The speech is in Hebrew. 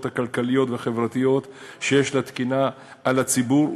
הכלכליות והחברתיות שיש לתקינה על הציבור,